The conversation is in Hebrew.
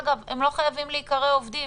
אגב, הם לא חייבים להיקרא עובדים,